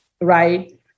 right